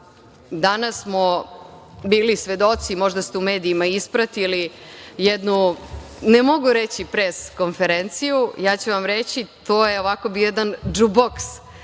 Danas smo bili svedoci, možda ste u medijima ispratili jednu, ne mogu reći pres konferenciju. Ja ću vam reći, to je bio jedan džuboks